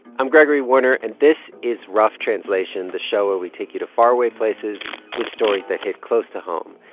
i'm gregory warner, and this is rough translation, the show where we take you to faraway places with stories that hit close to home.